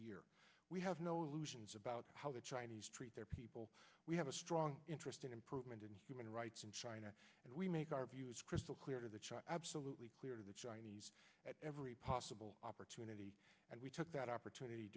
year we have no illusions about how the chinese treat their people we have a strong interest in improvement in human rights in china and we make our views crystal clear to the charter absolutely clear to the chinese at every possible opportunity and we took that opportunity